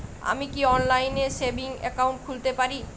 আমি কি অনলাইন এ সেভিংস অ্যাকাউন্ট খুলতে পারি?